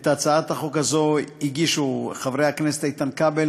את הצעת החוק הזאת הגישו חברי הכנסת איתן כבל,